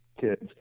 kids